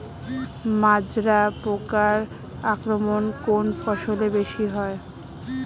মাজরা পোকার আক্রমণ কোন ফসলে বেশি হয়?